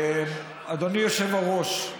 אדוני היושב-ראש,